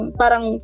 parang